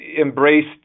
embraced